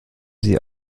sie